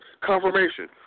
confirmation